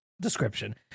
description